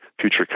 future